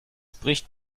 bricht